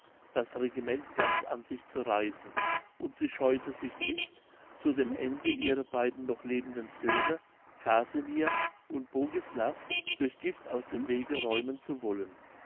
das regiment ganz an sich zu reißen und sie scheute sich nicht zu dem ende ihre beiden noch lebenden söhne casimir und bogislav durch gift aus dem wege räumen zu wollen